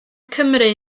cymru